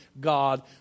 God